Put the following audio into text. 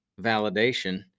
validation